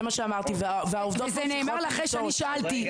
זה מה שאמרתי והעובדות ממשיכות --- זה נאמר אחרי שאני שאלתי.